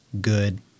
good